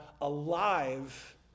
alive